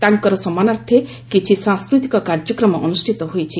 ତାଙ୍କର ସମ୍ମାନାର୍ଥେ କିଛି ସାଂସ୍କୃତିକ କାର୍ଯ୍ୟକ୍ରମ ଅନୁଷ୍ଠିତ ହୋଇଛି